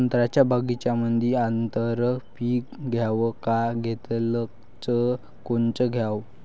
संत्र्याच्या बगीच्यामंदी आंतर पीक घ्याव का घेतलं च कोनचं घ्याव?